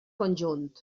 conjunt